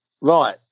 Right